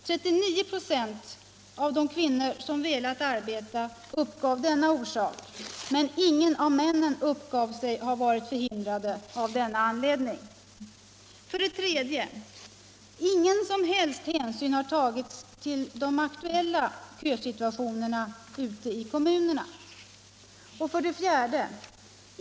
39 96 av de kvinnor som velat arbeta uppgav denna orsak, medan ingen av männen ansåg sig ha varit förhindrad av denna anledning. För det tredje. Ingen som helst hänsyn har tagits till de aktuella kösituationerna ute i kommunerna. För det fjärde.